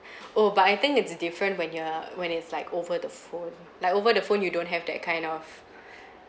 oh but I think it's different when you are when it's like over the phone like over the phone you don't have that kind of